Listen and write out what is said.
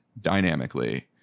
dynamically